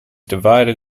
divided